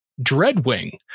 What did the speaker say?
Dreadwing